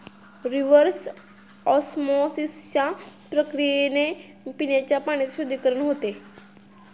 reverse ऑस्मॉसिसच्या प्रक्रियेने पिण्याच्या पाण्याचे शुद्धीकरण होते